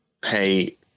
pay